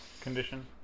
condition